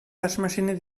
waschmaschine